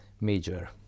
major